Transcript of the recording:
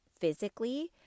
physically